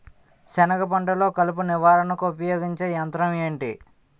సెనగ పంటలో కలుపు నివారణకు ఉపయోగించే యంత్రం ఏంటి?